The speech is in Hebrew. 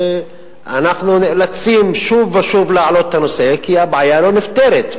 ואנחנו נאלצים שוב ושוב להעלות את הנושא כי הבעיה לא נפתרת,